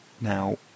Now